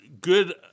good